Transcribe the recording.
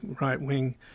right-wing